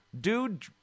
Dude